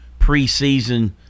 preseason